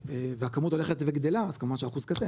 והכמות הולכת וגדלה אז כמובן שהאחוז קטן.